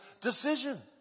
decision